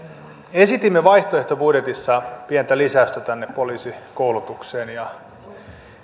esitimme vaihtoehtobudjetissa pientä lisäystä tänne poliisikoulutukseen ja